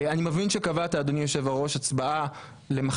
אני מבין שקבעת אדוני יושב הראש הצבעה למחר,